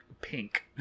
pink